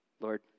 Lord